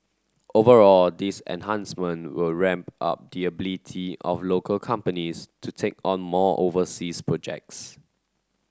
overall these enhancement will ramp up the ability of local companies to take on more overseas projects